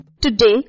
Today